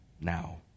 now